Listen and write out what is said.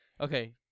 Okay